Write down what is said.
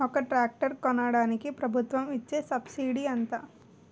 ఒక ట్రాక్టర్ కొనడానికి ప్రభుత్వం ఇచే సబ్సిడీ ఎంత?